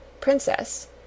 Princess